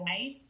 life